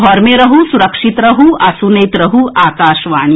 घर मे रहू सुरक्षित रहू आ सुनैत रहू आकाशवाणी